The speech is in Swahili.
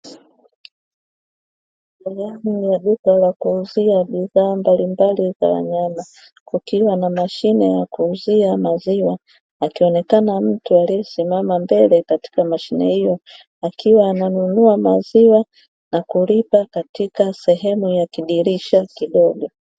Sehemu ya duka la kuuzia bidhaa mbalimbali za wanyama, kukiwa na sehemu ya kuuzia maziwa akionekana mtu aliyesimama mbele ya mashine hiyo akiwa ananunua maziwa na kulipa katika kidirisha kidogo.